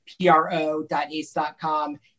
P-R-O.ace.com